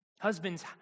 Husbands